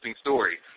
story